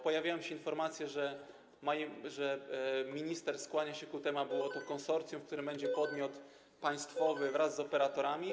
Pojawiają się informacje, że minister skłania się ku temu, aby było to konsorcjum, w którym będzie podmiot państwowy wraz z operatorami.